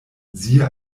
siehe